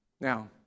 Now